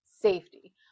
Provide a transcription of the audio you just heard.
safety